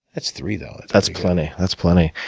that's three, though. that's plenty. that's plenty.